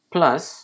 Plus